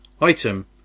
Item